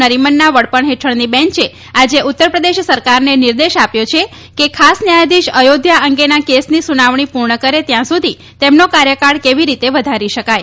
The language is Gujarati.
નરીમનના વડપણ હેઠળની બેંચે આજે ઉત્તરપ્રદેશ સરકારને નિર્દેશ આપ્યો છે કે ખાસ ન્યાયાધીશ અયોધ્યા અંગેના કેસની સુનાવણી પૂર્ણ કરે ત્યાં સુધી તેમનો કાર્યકાળ કેવી રીતે વધારી શકાય